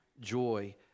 joy